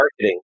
marketing